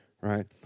right